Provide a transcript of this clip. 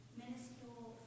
minuscule